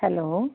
hello